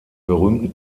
berühmten